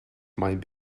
might